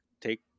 take